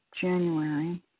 January